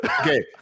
Okay